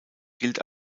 gilt